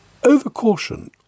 Overcaution